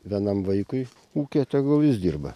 vienam vaikui ūkio tegul jis dirba